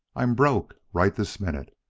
i'm broke, right this minute.